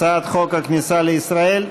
הצעת חוק הכניסה לישראל.